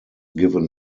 given